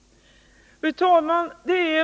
Fru talman!